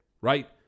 right